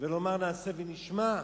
ונאמר "נעשה ונשמע"?